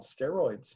steroids